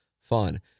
fun